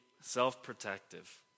self-protective